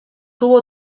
tuvo